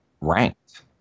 ranked